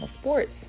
sports